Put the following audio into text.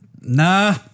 Nah